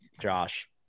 josh